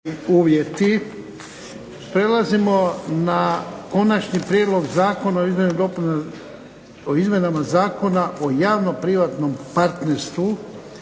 (HDZ)** Prelazimo na Konačni prijedlog Zakona o izmjenama Zakona o javno-privatnom partnerstvu,